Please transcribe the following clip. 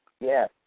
Yes